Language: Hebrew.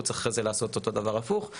הוא צריך אחרי זה לעשות אותו דבר הפוך,